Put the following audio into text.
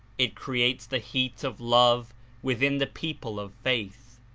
it creates the heat of love within the people of faith,